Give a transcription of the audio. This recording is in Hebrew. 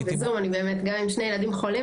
ביקשתי לעלות בזום כי אני עם שני ילדים חולים